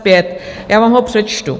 5 já vám ho přečtu: